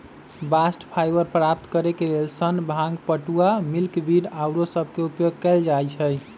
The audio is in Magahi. बास्ट फाइबर प्राप्त करेके लेल सन, भांग, पटूआ, मिल्कवीड आउरो सभके उपयोग कएल जाइ छइ